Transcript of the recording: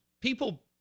people